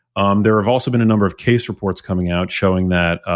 um there have also been a number of case reports coming out showing that